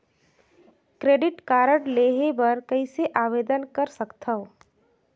Credit card लेहे बर कइसे आवेदन कर सकथव?